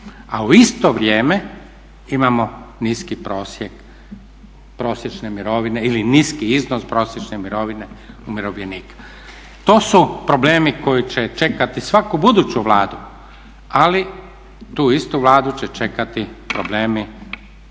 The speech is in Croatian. a u isto vrijeme imamo niski prosjek prosječne mirovine ili nisi iznos prosječne mirovine umirovljenika. To su problemi koji će čekati svaku buduću Vladu ali tu istu vladu će čekati problemi